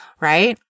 Right